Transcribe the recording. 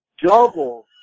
double